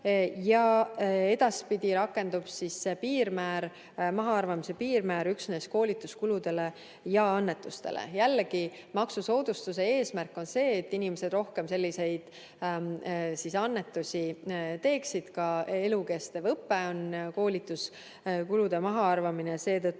Edaspidi rakendub see mahaarvamise piirmäär üksnes koolituskuludele ja annetustele. Jällegi, maksusoodustuse eesmärk on see, et inimesed rohkem annetusi teeksid. On ka elukestev õpe ja koolituskulude mahaarvamine on